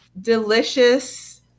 delicious